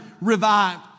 revived